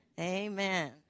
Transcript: Amen